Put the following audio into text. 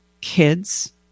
kids